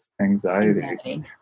anxiety